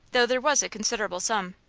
though there was a considerable sum.